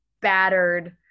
battered